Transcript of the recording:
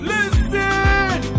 Listen